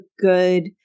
good